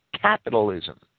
capitalism